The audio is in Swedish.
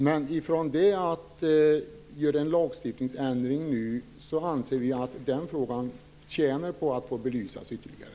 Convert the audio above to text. Men vi anser att frågan om en ändring i lagstiftningen tjänar på att få belysas ytterligare.